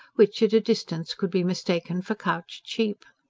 which at a distance could be mistaken for couched sheep.